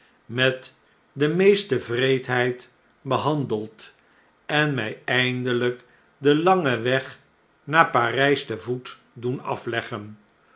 met de meeste wreedheid behandeld en mjj eindeln'k den langen weg naar p a r jj s te voet doen afleggen